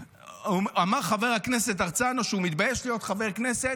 אמר חבר הכנסת הרצנו שהוא מתבייש להיות חבר כנסת,